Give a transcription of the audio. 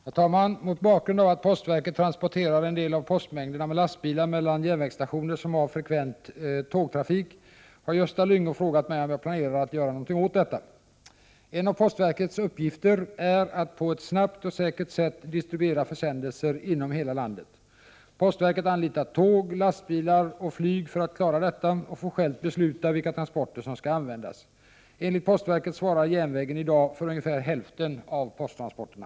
Herr talman! Mot bakgrund av att postverket transporterar en del av postmängderna med lastbilar mellan järnvägsstationer som har frekvent tågtrafik har Gösta Lyngå frågat mig om jag planerar att göra något åt detta. En av postverkets uppgifter är att på ett snabbt och säkert sätt distribuera försändelser inom hela landet. Postverket anlitar tåg, lastbilar och flyg för att klara detta och får självt besluta vilka transporter som skall användas. Enligt postverket svarar järnvägen i dag för ungefär hälften av posttransporterna.